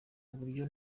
buryo